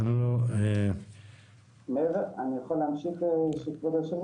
אני יכול להמשיך בדברים?